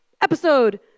episode